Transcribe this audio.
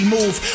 move